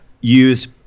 use